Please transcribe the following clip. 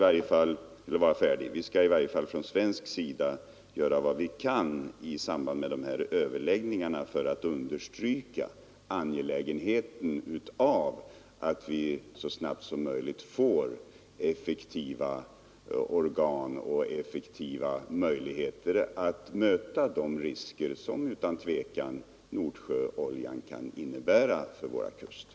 Från svensk sida skall vi i varje fall göra vad vi kan i samband med överläggningarna för att understryka angelägenheten av att vi så snabbt som möjligt får effektiva organ och effektiva möjligheter att möta de risker som Nordsjöoljan utan tvivel kan innebära för våra kuster.